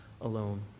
alone